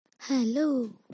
hello